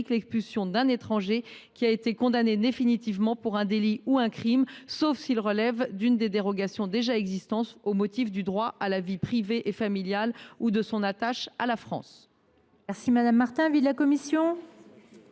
l’expulsion d’un étranger qui a été condamné définitivement pour un délit ou un crime sauf s’il relève d’une des dérogations existantes au motif du droit à la vie privée et familiale ou de son attache à la France.